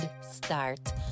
start